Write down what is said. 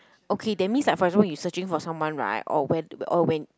okay that means like for example you searching for someone right or where or when